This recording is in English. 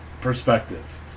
perspective